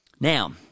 Now